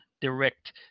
direct